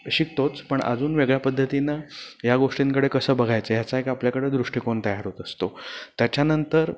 शिकतोच पण अजून वेगळ्या पद्धतीनं या गोष्टींकडे कसं बघायचं ह्याचा एक आपल्याकडे दृष्टिकोन तयार होत असतो त्याच्यानंतर